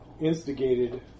instigated